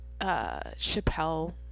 Chappelle